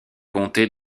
comté